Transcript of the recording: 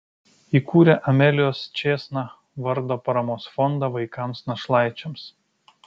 įkūrė amelijos čėsna vardo paramos fondą vaikams našlaičiams